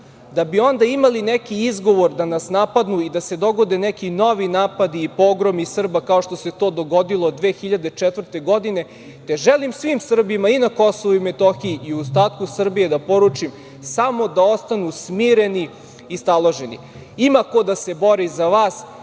da bi onda imali neki izgovor da nas napadnu i da se dogode neki novi napadi i pogromi Srba kao što se to dogodilo 2004. godine, te želim svim Srbima i na Kosovu i Metohiji i ostatku Srbije da poručim samo da ostanu smireni i staloženi. Ima ko da se bori za vas,